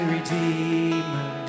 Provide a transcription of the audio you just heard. Redeemer